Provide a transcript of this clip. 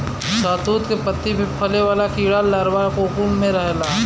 शहतूत के पत्ती पे पले वाला कीड़ा लार्वा कोकून में रहला